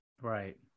Right